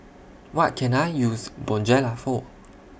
What Can I use Bonjela For